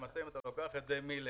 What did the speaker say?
למעשה אם אתה לוקח את זה מלמטה,